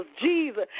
Jesus